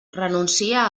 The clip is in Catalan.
renuncia